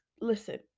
Listen